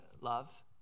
love